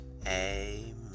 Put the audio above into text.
amen